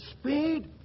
Speed